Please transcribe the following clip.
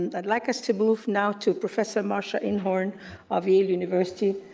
and i'd like us to move now to professor marcia inhorn of yale university,